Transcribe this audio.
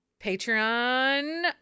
Patreon